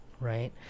right